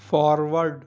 forward